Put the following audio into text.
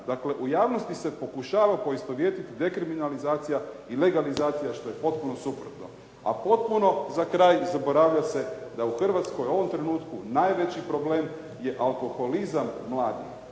Dakle, u javnosti se pokušava poistovjetiti dekriminalizacija i legalizacija što je potpuno suprotno. A potpuno za kraj zaboravlja se da u Hrvatskoj u ovom trenutku najveći problem je alkoholizam mladih.